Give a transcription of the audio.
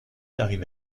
arrive